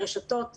הרשתות וממ"ח.